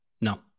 No